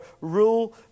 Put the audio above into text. rule